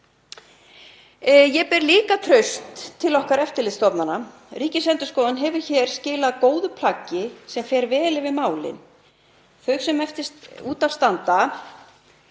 Ég ber líka traust til okkar eftirlitsstofnana. Ríkisendurskoðun hefur hér skilað góðu plaggi þar sem farið er vel yfir málin. Þau sem út af standa